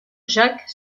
jack